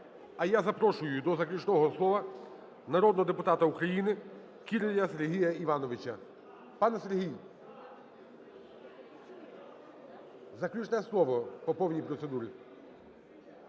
А я запрошую до заключного слова народного депутата України Кіраля Сергія Івановича. Пане, Сергій, заключне слово по повній процедурі.